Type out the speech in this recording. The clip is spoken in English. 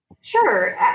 Sure